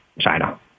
China